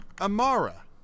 Amara